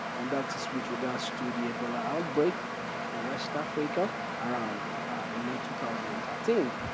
and that is with regards to the ebola outbreak in west africa around the late two thousand and thirteen.